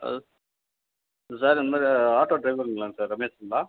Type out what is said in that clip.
ஆ sir இந்தமாதிரி auto டிரைவருங்களாங்க sir ரமேஷுங்களா